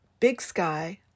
bigsky